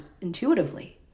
intuitively